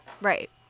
Right